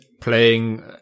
playing